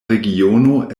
regiono